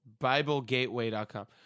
Biblegateway.com